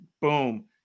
boom